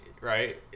right